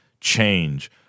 change